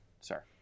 sir